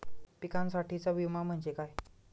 पिकांसाठीचा विमा म्हणजे काय?